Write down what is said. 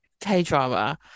k-drama